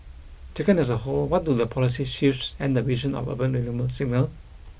taken as a whole what do the policy shifts and the vision of urban renewal signal